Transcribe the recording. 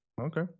Okay